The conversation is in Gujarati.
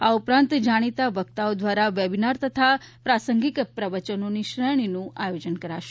આ ઉપરાંત જાણીતા વકતાઓ દ્વારા વેબીનાર તથા પ્રાસંગીક પ્રવચનોની શ્રેણીનું આયોજન થશે